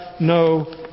no